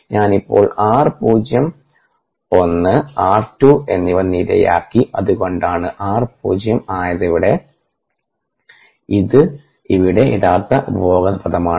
ഞാൻ ഇപ്പോൾ r പൂജ്യം 1 r 2 എന്നിവ നിരയാക്കി അതുകൊണ്ടാണ് r പൂജ്യം ആയതിവിടെ ഇത് ഇവിടെ യഥാർത്ഥത്തിൽ ഉപഭോഗ പദമാണ്